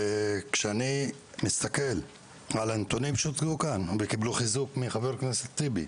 כשאני מסתכל על הנתונים שהוצגו כאן וקיבלו חיזוק מחבר הכנסת טיבי,